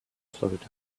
florida